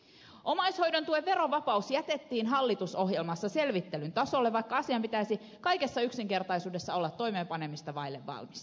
omaishoidon tuen verovapaus jätettiin hallitusohjelmassa selvittelyn tasolle vaikka asian pitäisi kaikessa yksinkertaisuudessaan olla toimeenpanemista vaille valmis